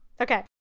Okay